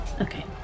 Okay